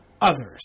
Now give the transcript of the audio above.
others